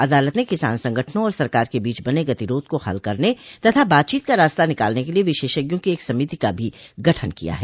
अदालत ने किसान संगठनों और सरकार के बीच बने गतिरोध को हल करने तथा बातचीत का रास्ता निकालने के लिए विशेषज्ञों की एक समिति का भी गठन किया है